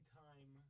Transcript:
time